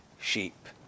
sheep